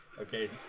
Okay